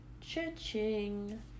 Cha-ching